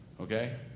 okay